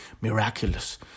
miraculous